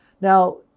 Now